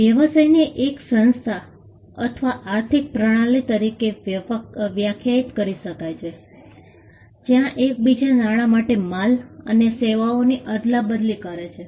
વ્યવસાયને એક સંસ્થા અથવા આર્થિક પ્રણાલી તરીકે વ્યાખ્યાયિત કરી શકાય છે જ્યાં એક બીજા નાણાં માટે માલ અને સેવાઓની અદલાબદલી કરે છે